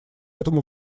этому